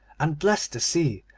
and blessed the sea,